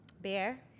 Bear